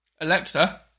Alexa